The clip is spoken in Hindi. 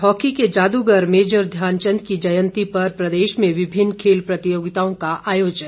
हॉकी के जादूगर मेजर ध्यान चंद की जयंती पर प्रदेश में विभिन्न खेल प्रतियोगिताओं का आयोजन